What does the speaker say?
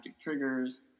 triggers